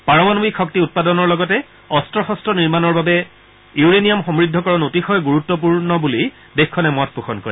পাৰমাণৱিক শক্তি উৎপাদনৰ লগতে অস্ত্ৰ শস্ত্ৰ নিৰ্মাণৰ বাবে ইউৰেনিয়াম সমূদ্ধকৰণ অতিশয় গুৰুত্পূৰ্ণ বুলি দেশখনে মত পোষণ কৰে